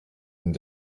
and